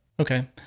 Okay